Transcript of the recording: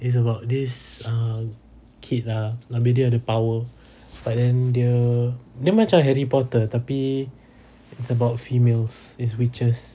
it's about this uh kid lah abeh dia ada power but then dia dia macam harry potter tapi it's about females it's witches